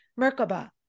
Merkaba